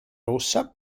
rossa